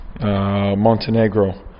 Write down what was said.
Montenegro